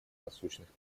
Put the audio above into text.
насущных